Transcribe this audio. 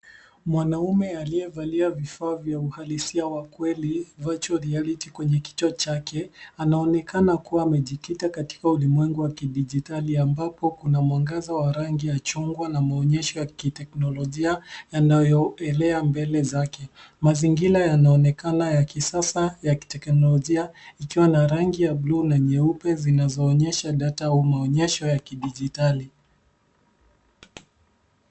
Mwanaume aliyevalia vifaa vya uhalisia wa kweli Virtual Reality kwenye kichwa chake, anaonekana kuwa amejikita katika ulimwengu wa kidijitali, ambapo kuna mwangaza wa rangi ya chungwa na maonyesho ya kiteknolojia yanayoelea mbele zake. Mazingira yanaonekana ya kisasa ya kiteknolojia ikiwa na rangi ya bluu na nyeupe zinazoonyesha data au maonyesho ya kidijitali.